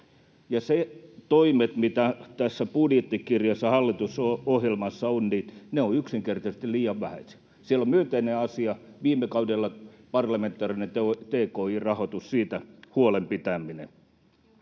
Ne toimet, mitä tässä budjettikirjassa ja hallitusohjelmassa on, ovat yksinkertaisesti liian vähäisiä. Siellä on myönteisenä asiana viime kaudella päätetystä parlamentaarisesta tki-rahoituksesta huolen pitäminen.